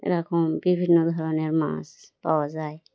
এরকম বিভিন্ন ধরনের মাছ পাওয়া যায়